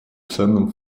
ценным